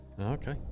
Okay